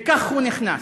וכך הוא נכנס.